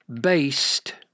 based